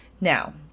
Now